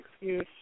excuse